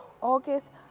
August